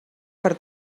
per